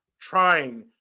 trying